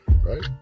Right